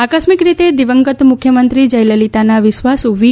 આકસ્મિક રીતે દિવંગત મુખ્યમંત્રી જયલલિતાના વિશ્વાસુ વી